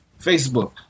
facebook